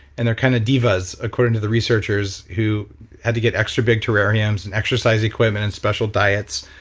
and they're kind of divas according to the researchers who had to get extra big terrariums and exercise equipment and special diets,